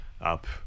up